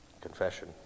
Confession